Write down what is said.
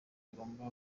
agomba